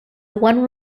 one